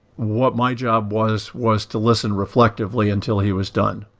what my job was, was to listen reflectively until he was done,